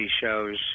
shows